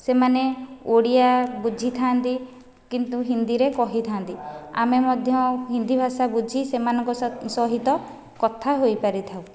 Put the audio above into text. ସେମାନେ ଓଡ଼ିଆ ବୁଝିଥାନ୍ତି କିନ୍ତୁ ହିନ୍ଦୀରେ କହିଥାନ୍ତି ଆମେ ମଧ୍ୟ ହିନ୍ଦୀ ଭାଷା ବୁଝି ସେମାନଙ୍କ ସହିତ କଥା ହୋଇପାରିଥାଉ